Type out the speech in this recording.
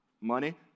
money